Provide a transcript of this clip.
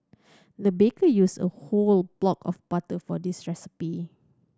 the baker used a whole block of butter for this recipe